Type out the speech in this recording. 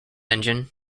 engine